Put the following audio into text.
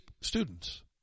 students